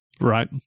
right